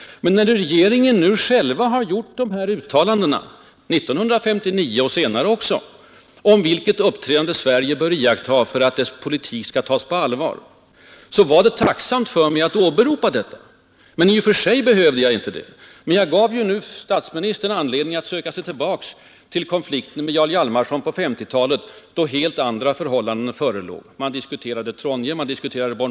Men när nu regeringen själv har gjort uttalanden år 1959 och även senare om vilket uppträdande Sverige bör iaktta för att dess politik skall tas på allvar, då var det tacksamt för mig att åberopa detta. Jag behövde alltså i och för sig inte göra det, men jag gav statsministern anledning att söka sig tillbaka till konflikten med Jarl Hjalmarson på 1950-talet, då helt andra förhållanden förelåg. Man diskuterade då Trondheim och Bornholm och mycket annat.